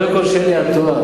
קודם כול, שלי, את טועה.